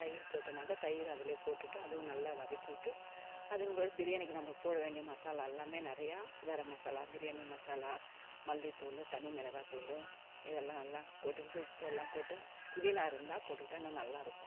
தயிர் போட்டேனாக்கா தயிர் அதில் போட்டுவிட்டு அதுவும் நல்லா வதக்கிவிட்டு அதுக்கும்பாடு பிரியாணிக்கு நம்ம போட வேண்டிய மசாலா எல்லாமே நிறையா கரம் மசாலா பிரியாணி மசாலா மல்லித்தூள் தனி மிளகாத்தூளு இதெல்லாம் நல்லா போட்டுக்கிட்டு உப்பு எல்லா போட்டு புதினா இருந்தால் போட்டுக்கிட்டால் இன்னும் நல்லாயிருக்கும்